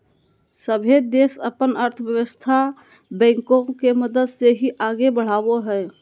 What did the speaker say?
सभे देश अपन अर्थव्यवस्था बैंको के मदद से ही आगे बढ़ावो हय